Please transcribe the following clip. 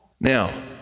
Now